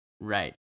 Right